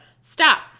Stop